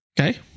okay